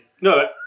No